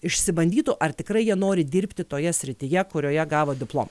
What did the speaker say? išsibandytų ar tikrai jie nori dirbti toje srityje kurioje gavo diplom